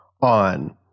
on